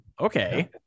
okay